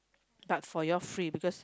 but for you all free because